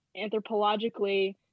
anthropologically